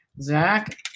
Zach